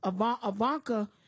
Ivanka